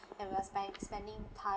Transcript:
and we are spen~ spending time